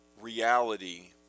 reality